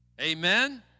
Amen